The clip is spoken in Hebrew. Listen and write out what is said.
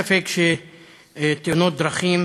אין ספק שתאונות דרכים